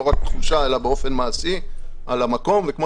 לא רק תחושה אלא באופן מעשי על המקום וכמו